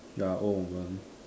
ya old woman